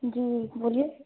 جی بولیے